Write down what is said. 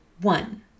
One